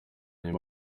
nyuma